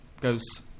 goes